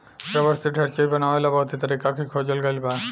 rubber से ढेर चीज बनावे ला बहुते तरीका के खोजल गईल बा